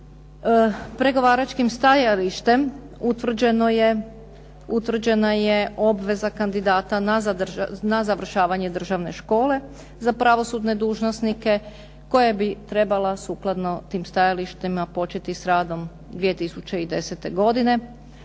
pregovaračkim stajalištem utvrđena je obveza kandidata na završavanje Državne škole za pravosudne dužnosnike, koja bi trebala sukladno tim stajalištima početi sa radom 2010. godine.